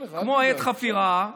כמו את חפירה,